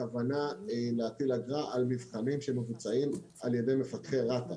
הכוונה להטיל אגרה על מבחנים שמבוצעים על ידי מפקחי רת"א.